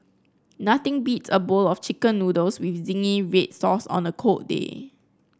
nothing beats a bowl of chicken noodles with zingy red sauce on a cold day